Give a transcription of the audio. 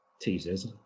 teasers